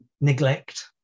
neglect